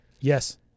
Yes